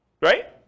Right